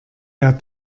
der